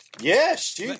Yes